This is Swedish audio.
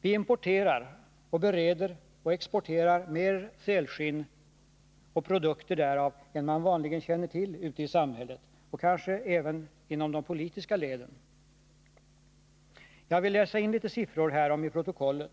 Vi importerar, bereder och exporterar mer sälskinn och produkter därav än man vanligen känner till i samhället. Och kanske även inom de politiska leden. Jag vill läsa in litet siffror härom till protokollet.